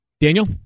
Daniel